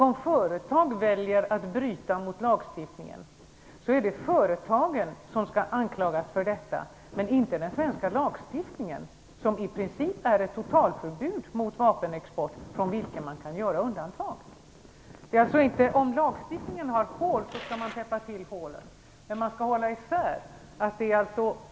Om företag väljer att bryta mot lagstiftningen, är det företagen som skall anklagas för detta och inte den svenska lagstiftningen som i princip innebär ett totalförbud mot vapenexport från vilken man kan göra undantag. Om lagstiftningen har hål, skall man täppa till hålen.